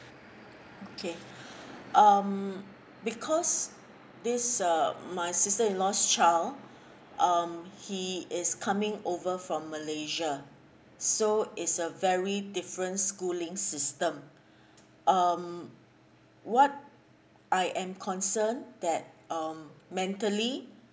okay um because this um my sister in law's child um he is coming over from malaysia so is a very different schooling system um what I am concern that um mentally